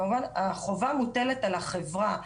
כמובן החובה מוטלת על החברה.